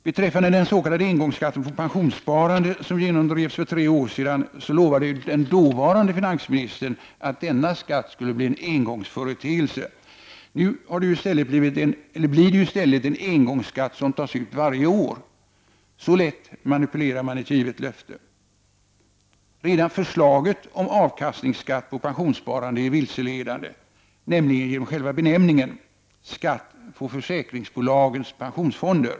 Beträffande den s.k. engångsskatten på pensionssparande, som genomdrevs för tre år sedan, så lovade den dåvarande finansministern att denna skatt skulle bli en engångsföreteelse. Nu blir det i stället en ”engångsskatt” Prot. 1989/90:140 som tas ut varje år! Så lätt manipulerar man ett givet löfte. 13 juni 1990 Redan förslaget om avkastningsskatt på pensionssparande är vilsele dande, nämligen genom själva benämningen: Skatt på försäkringsbolagens Så ormerad in pensionsfonder.